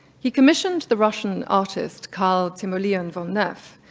he commissioned the russian artist carl timoleon von neff,